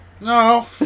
No